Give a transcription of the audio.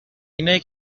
اینایی